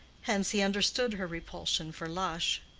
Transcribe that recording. hence he understood her repulsion for lush.